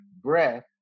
breath